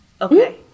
Okay